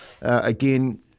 Again